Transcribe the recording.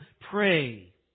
pray